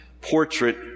portrait